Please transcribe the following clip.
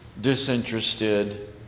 disinterested